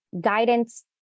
guidance